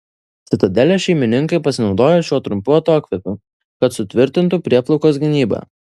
citadelės šeimininkai pasinaudojo šiuo trumpu atokvėpiu kad sutvirtintų prieplaukos gynybą